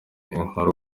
inkuru